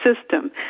system